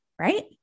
Right